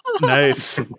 Nice